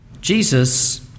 Jesus